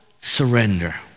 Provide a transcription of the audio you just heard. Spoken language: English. surrender